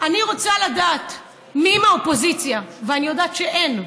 אני רוצה לדעת מי מהאופוזיציה, ואני יודעת שאין,